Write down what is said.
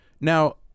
now